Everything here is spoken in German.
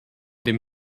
dem